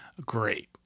Great